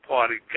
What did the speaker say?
Party